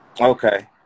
Okay